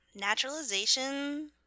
Naturalization